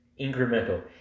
incremental